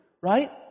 right